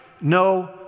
no